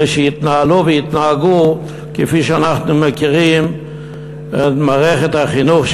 ושיתנהלו ויתנהגו כפי שאנחנו מכירים את מערכת החינוך,